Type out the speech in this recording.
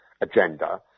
agenda